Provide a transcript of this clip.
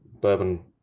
bourbon